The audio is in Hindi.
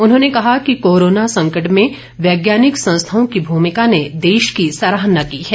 उन्होंने कहा कि कोरोना संकट में वैज्ञानिक संस्थाओं की भूमिका ने देश की सराहना की है